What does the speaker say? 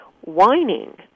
Whining